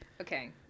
Okay